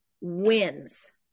wins